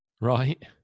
Right